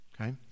Okay